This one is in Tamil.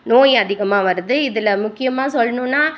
நோய் அதிகமாக வருது இதில் முக்கியமாக சொல்லணுன்னா